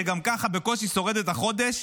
שגם ככה בקושי שורד את החודש,